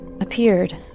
appeared